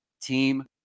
team